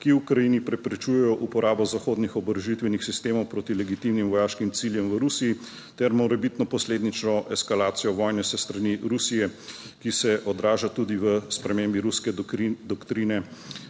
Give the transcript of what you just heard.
ki Ukrajini preprečujejo uporabo zahodnih oborožitvenih sistemov proti legitimnim vojaškim ciljem v Rusiji ter morebitno posledično eskalacijo vojne s strani Rusije, ki se odraža tudi v spremembi ruske doktrine